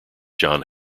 john